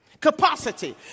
Capacity